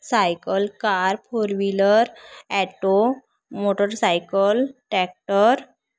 cycle car four wheeler auto motorcycle tractor